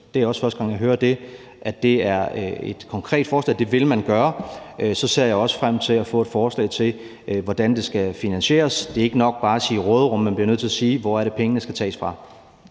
det er også første gang, jeg hører, at det er et konkret forslag til, at det vil man gøre. Så ser jeg også frem til at få et forslag til, hvordan det skal finansieres. Det er ikke nok bare at sige: råderum. Man bliver nødt til at sige, hvor det er, pengene skal tages fra.